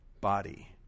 body